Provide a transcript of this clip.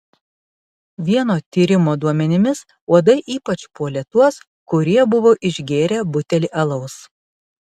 vieno tyrimo duomenimis uodai ypač puolė tuos kurie buvo išgėrę butelį alaus